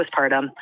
postpartum